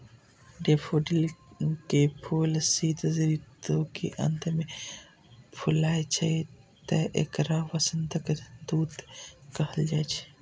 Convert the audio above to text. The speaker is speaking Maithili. डेफोडिल के फूल शीत ऋतु के अंत मे फुलाय छै, तें एकरा वसंतक दूत कहल जाइ छै